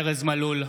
ארז מלול,